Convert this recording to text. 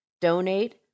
Donate